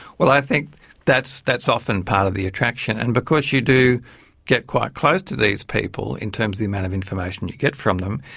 well i think that's that's often part of the attraction, and because you do get quite close to these people in terms of the amount of information you get from them,